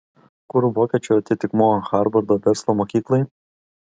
kur vokiečių atitikmuo harvardo verslo mokyklai